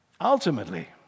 ultimately